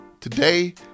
Today